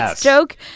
joke